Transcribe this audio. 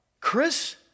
Chris